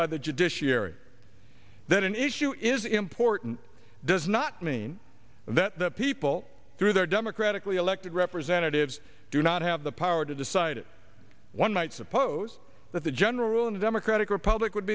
by the judiciary the an issue is important does not mean that the people through their democratically elected representatives do not have the power to decide it one might suppose that the general rule in the democratic republic would